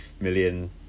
million